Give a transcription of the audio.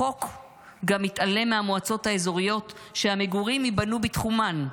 החוק גם מתעלם מהמועצות האזוריות שהמגורים ייבנו בתחומן.